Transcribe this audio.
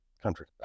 country